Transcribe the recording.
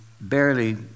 barely